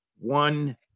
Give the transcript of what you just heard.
one